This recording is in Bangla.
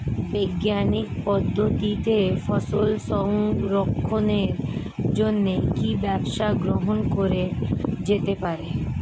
বৈজ্ঞানিক পদ্ধতিতে ফসল সংরক্ষণের জন্য কি ব্যবস্থা গ্রহণ করা যেতে পারে?